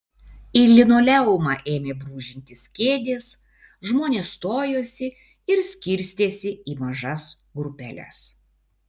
į linoleumą ėmė brūžintis kėdės žmonės stojosi ir skirstėsi į mažas grupeles